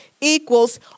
equals